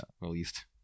released